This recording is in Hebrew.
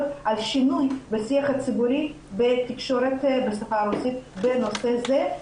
על שינוי בשיח הציבורי בתקשורת בשפה הרוסית בנושא זה.